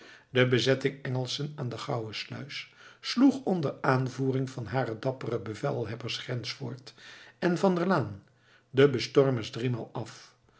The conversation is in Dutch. de bezetting engelschen aan de gouwesluis sloeg onder aanvoering van hare dappere bevelhebbers ghensfort en van der laan de bestormers driemaal af